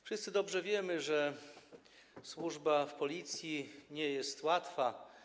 Wszyscy dobrze wiemy, że służba w Policji nie jest łatwa.